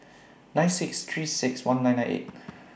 nine six three six one nine nine eight